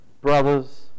brothers